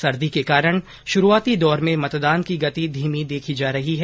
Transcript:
सर्दी के कारण शुरूआती दौर में मतदान की गति धीमी देखी जा रही है